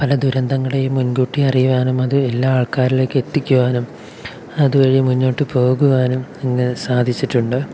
പല ദുരന്തങ്ങളെയും മുൻകൂട്ടി അറിയുവാനും അത് എല്ലാ ആൾക്കാരിലേക്ക് എത്തിക്കുവാനും അതുവഴി മുന്നോട്ടു പോകുവാനും അങ്ങനെ സാധിച്ചിട്ടുണ്ട്